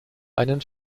einen